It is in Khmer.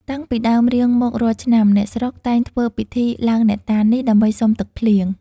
តាំងពីដើមរៀងមករាល់ឆ្នាំ អ្នកស្រុក តែងធ្វើពិធីឡើងអ្នកតានេះ ដើម្បីសុំទឹកភ្លៀង ។